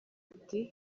ati